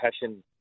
passion